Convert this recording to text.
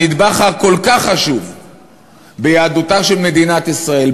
הנדבך הכל-כך חשוב ביהדותה של מדינת ישראל,